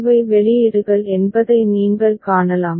இவை வெளியீடுகள் என்பதை நீங்கள் காணலாம்